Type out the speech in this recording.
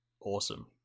awesome